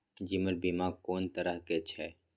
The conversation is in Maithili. जीवन बीमा कोन तरह के छै?